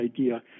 idea